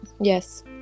Yes